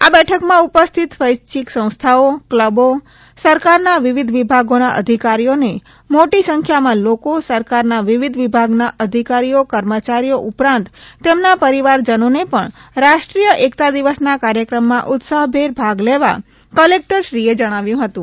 આ બેઠકમાં ઉપસ્થિત સ્વૈચ્છીક સંસ્થાઓ કલબો સરકારના વિવિધ વિભાગોના અધિકારીઓને મોટી સંખ્યામાં લોકો સરકારના વિવિધ વિભાગના અધિકારી કર્મચારીઓ ઉપરાંત તેમના પરિવારજનોને પણ રાષ્ટ્રીય એકતા દિવસનાં કાર્યક્રમમાં ઉત્સાહભેર ભાગ લેવા કલેક્ટરશ્રીએ જણાવ્યું હતું